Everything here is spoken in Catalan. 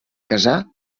casar